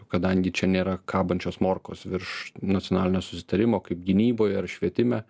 kadangi čia nėra kabančios morkos virš nacionalinio susitarimo kaip gynyboje ar švietime